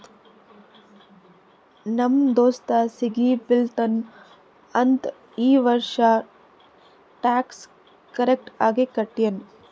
ನಮ್ ದೋಸ್ತ ಸಿಗಿ ಬೀಳ್ತಾನ್ ಅಂತ್ ಈ ವರ್ಷ ಟ್ಯಾಕ್ಸ್ ಕರೆಕ್ಟ್ ಆಗಿ ಕಟ್ಯಾನ್